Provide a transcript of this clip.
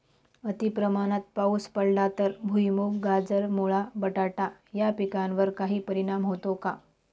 अतिप्रमाणात पाऊस पडला तर भुईमूग, गाजर, मुळा, बटाटा या पिकांवर काही परिणाम होतो का?